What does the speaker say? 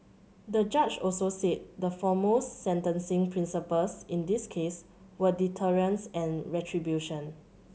the judge also said the foremost sentencing principles in this case were deterrence and retribution